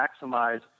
maximize